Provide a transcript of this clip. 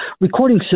recording